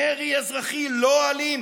מרי אזרחי לא אלים